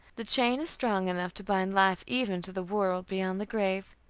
the chain is strong enough to bind life even to the world beyond the grave.